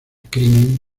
crimen